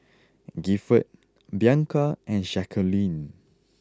Gifford Bianca and Jaqueline